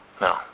No